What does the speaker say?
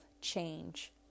change